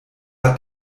hat